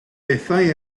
bethau